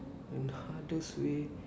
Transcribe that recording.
hardest way